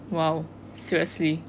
!wow! seriously